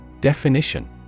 Definition